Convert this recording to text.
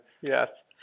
Yes